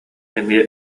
эмиэ